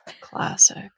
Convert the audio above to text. Classic